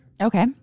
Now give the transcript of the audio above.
Okay